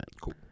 cool